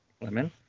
lemon